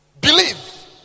Believe